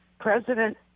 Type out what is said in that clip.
President